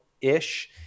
ish